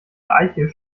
eiche